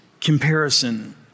comparison